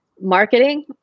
marketing